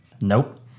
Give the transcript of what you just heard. Nope